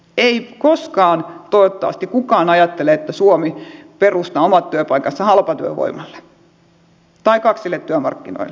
ei koskaan toivottavasti kukaan ajattele että suomi perustaa omat työpaikkansa halpatyövoimalle tai kaksille työmarkkinoille